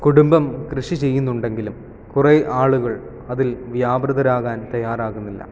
കുടുംബം കൃഷി ചെയ്യുന്നുണ്ടെങ്കിലും കുറെ ആളുകൾ അതിൽ വ്യാപൃതരാകാൻ തയ്യാറാകുന്നില്ല